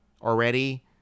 already